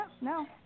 no